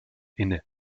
inne